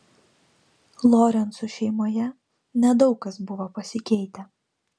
lorencų šeimoje nedaug kas buvo pasikeitę